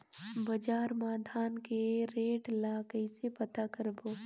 बजार मा धान के रेट ला कइसे पता करबो?